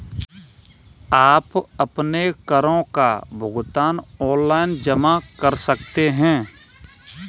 आप अपने करों का भुगतान ऑनलाइन जमा कर सकते हैं